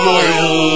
Royal